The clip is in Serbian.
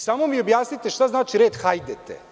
Samo mi objasnite šta znači reč „hajdete“